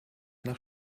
nach